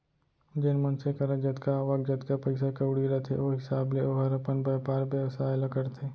जेन मनसे करा जतका आवक, जतका पइसा कउड़ी रथे ओ हिसाब ले ओहर अपन बयपार बेवसाय ल करथे